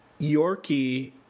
Yorkie